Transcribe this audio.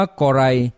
korai